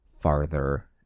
farther